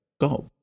Go